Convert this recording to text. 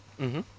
mmhmm